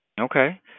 Okay